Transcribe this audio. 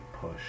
push